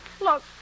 Look